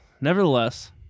Nevertheless